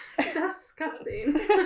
disgusting